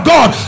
God